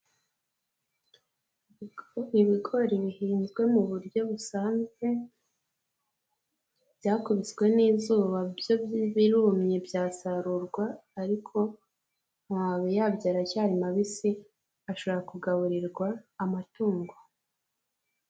Ibigori bihinzwe mu buryo busanzwe byakubiswe n'izuba byo birumye byasarurwa ariko amababi yabyo aracyari mabisi ashobora kugaburirwa amatungo.